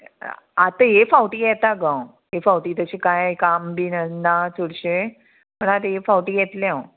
आतां हे फावटी येता गो हांव हे फावटी तशें कांय काम बीन ना चडशें पूण आतां हे फावटी येतले हांव